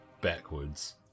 backwards